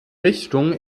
richtung